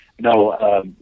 No